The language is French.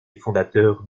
fondateurs